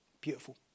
beautiful